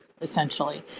essentially